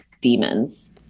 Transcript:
demons